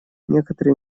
некоторые